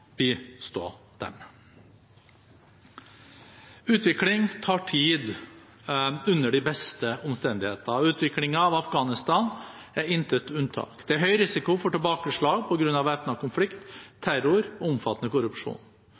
bistå dem. Utvikling tar tid under de beste omstendigheter. Utvikling av Afghanistan er intet unntak. Det er høy risiko for tilbakeslag på grunn av væpnet konflikt, terror og omfattende korrupsjon.